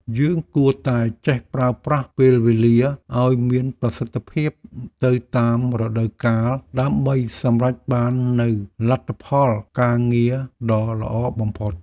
យើងគួរតែចេះប្រើប្រាស់ពេលវេលាឱ្យមានប្រសិទ្ធភាពទៅតាមរដូវកាលដើម្បីសម្រេចបាននូវលទ្ធផលការងារដ៏ល្អបំផុត។